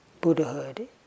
Buddhahood